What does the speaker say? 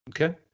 Okay